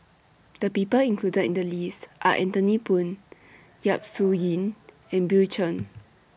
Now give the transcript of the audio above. The People included in The list Are Anthony Poon Yap Su Yin and Bill Chen